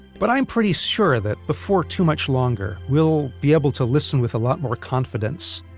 but, i'm pretty sure that before too much longer, we'll be able to listen with a lot more confidence